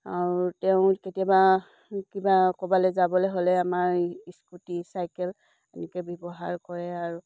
তেওঁ কেতিয়াবা কিবা ক'ৰবালৈ যাবলৈ হ'লে আমাৰ স্কুটি চাইকেল এনেকৈ ব্যৱহাৰ কৰে আৰু